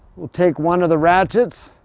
we'll take one of the ratchets,